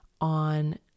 on